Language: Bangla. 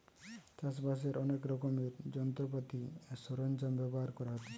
চাষ বাসের অনেক রকমের যন্ত্রপাতি আর সরঞ্জাম ব্যবহার করতে হতিছে